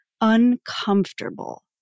uncomfortable